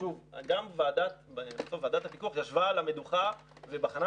ועדת הפיקוח ישבה על המדוכה ובחנה